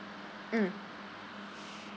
mm